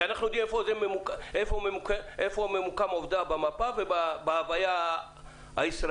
אנחנו יודעים היכן ממוקם עובדה במפה ובהוויה הישראלית.